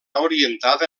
orientada